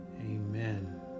Amen